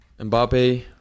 Mbappe